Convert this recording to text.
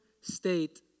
state